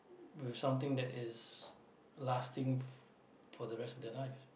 with something that is lasting for the rest of their life